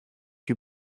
you